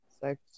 sex